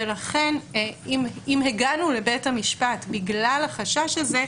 לכן, אם הגענו לבית המשפט בגלל החשש הזה,